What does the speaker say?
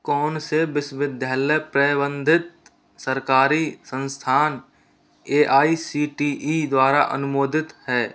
कौन से विश्वविध्यालय प्रबंधित सरकारी संस्थान A I C T E द्वारा अनुमोदित है